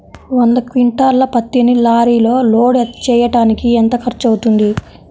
వంద క్వింటాళ్ల పత్తిని లారీలో లోడ్ చేయడానికి ఎంత ఖర్చవుతుంది?